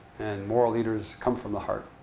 and moral leaders come from the heart.